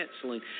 canceling